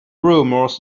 rumours